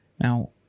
Now